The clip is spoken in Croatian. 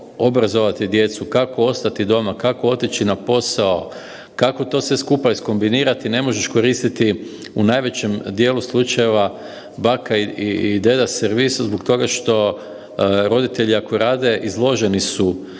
obrazovati djecu, kako ostati doma, kako otići na posao, kako to sve skupa iskombinirati, ne možeš koristiti u najvećem djelu slučajeva baka i deda servis zbog toga što roditelji ako rade izloženi su